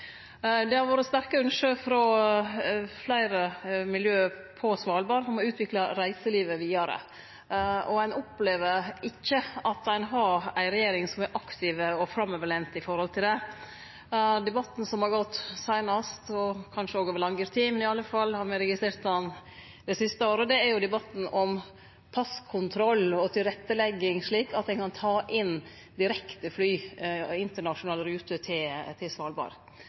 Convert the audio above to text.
Det har vore sterke ynske frå fleire miljø på Svalbard om å utvikle reiselivet vidare, og ein opplever ikkje at ein har ei regjering som er aktiv og framoverlent når det gjeld dette. Debatten som har gått seinast – kanskje òg over lengre tid, men me har i alle fall registrert han det siste året – er debatten om passkontroll og tilrettelegging, slik at ein kan ta direktefly, internasjonal rute, til Svalbard.